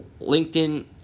LinkedIn